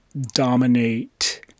dominate